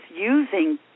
using